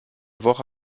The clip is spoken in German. woche